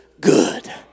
good